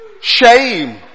shame